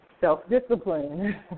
self-discipline